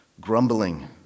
grumbling